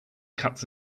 cuts